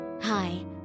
Hi